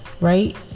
right